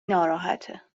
ناراحته